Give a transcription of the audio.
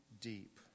deep